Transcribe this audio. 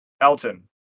Elton